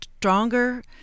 stronger